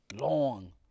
Long